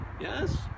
Yes